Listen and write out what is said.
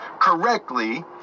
correctly